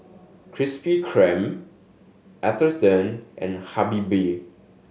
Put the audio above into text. Krispy Kreme Atherton and Habibie